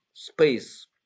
space